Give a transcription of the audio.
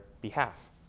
behalf